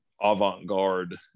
avant-garde